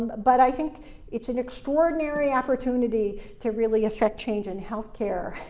but i think it's an extraordinary opportunity to really effect change in health care,